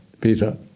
Peter